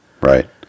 Right